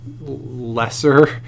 lesser